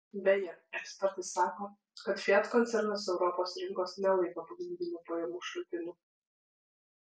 beje ekspertai sako kad fiat koncernas europos rinkos nelaiko pagrindiniu pajamų šaltiniu